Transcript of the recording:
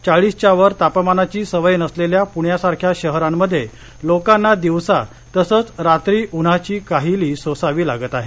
चाळीसच्या वर तापमानाची सवय नसलेल्या पृण्यासारख्या शहरांमध्ये लोकांना दिवसा तसंच रात्री उन्हाची काहिली सोसावी लागत आहे